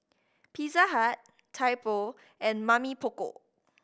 Pizza Hut Typo and Mamy Poko